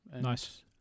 nice